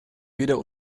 weder